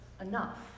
enough